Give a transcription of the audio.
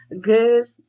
good